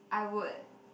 I would